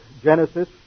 Genesis